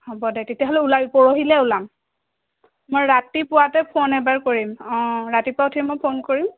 হ'ব দে তেতিয়া হ'লে ওলাবি পৰহিলৈ ওলাম মই ৰাতিপুৱাতে ফোন এবাৰ কৰিম অঁ ৰাতিপুৱা উঠি মই ফোন কৰিম